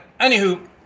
anywho